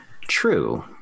True